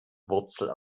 wurzel